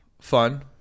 fun